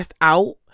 out